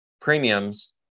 premiums